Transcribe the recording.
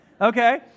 Okay